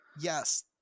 yes